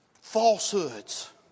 falsehoods